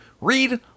read